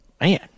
Man